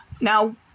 Now